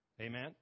Amen